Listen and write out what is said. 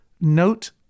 note